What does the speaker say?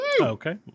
Okay